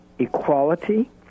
equality